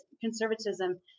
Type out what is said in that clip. conservatism